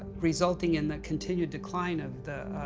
resulting in the continued decline of the, ah,